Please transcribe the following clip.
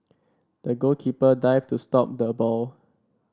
the goalkeeper dived to stop the ball